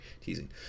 teasing